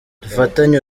dufatanye